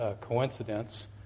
coincidence